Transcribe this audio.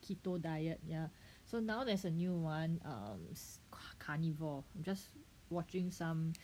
keto diet ya so now there's a new one err carnivore just watching some